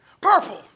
Purple